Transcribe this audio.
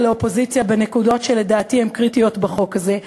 לאופוזיציה בנקודות שלדעתי הן קריטיות בחוק הזה.